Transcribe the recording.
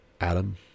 Adam